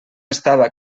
estava